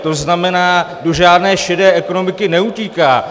To znamená, do žádné šedé ekonomiky neutíká.